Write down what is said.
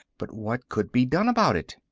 but what could be done about it?